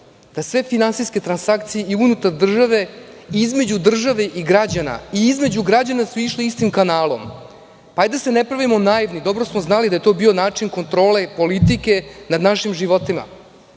da sve finansijske transakcije i unutar države, i između države i građana i između građana su išli istim kanalom. Hajde da se ne pravimo naivni, dobro smo znali da je to bio način kontrole i politike nad našim životima,